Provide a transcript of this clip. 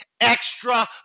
extra